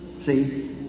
See